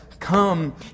come